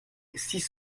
six